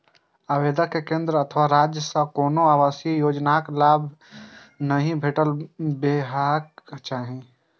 आवेदक कें केंद्र अथवा राज्य सं कोनो आवासीय योजनाक लाभ नहि भेटल हेबाक चाही